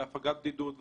בהפגת בדידות וכדומה.